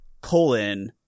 colon